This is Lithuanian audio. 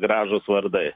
gražūs vardai